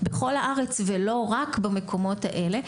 בכל הארץ ולא רק במקומות האלה.